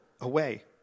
away